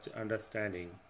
understanding